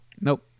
Nope